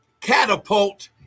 catapult